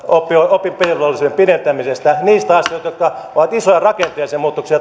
oppivelvollisuuden pidentämisestä niistä asioista jotka ovat isoja rakenteellisia muutoksia